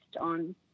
on